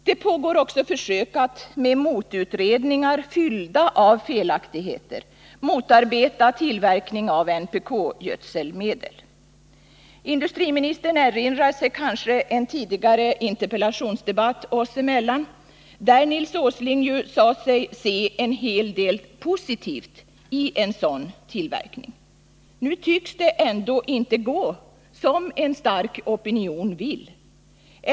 Det pågår också försök att med motutredningar, fyllda av felaktigheter, motarbeta tillverkning av NPK-gödselmedel. Industriministern erinrar sig kanske en tidigare interpellationsdebatt mellan oss, då industriministern sade sig se en hel del positivt i en sådan tillverkning. Nu tycks det ändå inte gå så som en stark opinion vill.